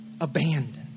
abandoned